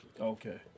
Okay